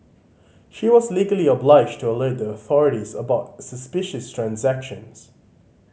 she was legally obliged to alert the authorities about suspicious transactions